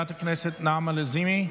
חברת הכנסת נעמה לזימי,